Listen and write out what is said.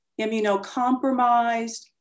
immunocompromised